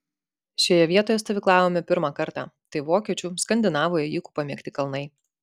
šioje vietoje stovyklavome pirmą kartą tai vokiečių skandinavų ėjikų pamėgti kalnai